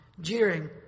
jeering